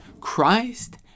Christ